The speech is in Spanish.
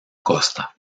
costa